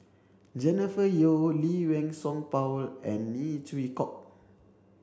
Jennifer Yeo Lee Wei Song Paul and Neo Chwee Kok